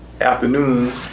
afternoon